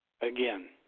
Again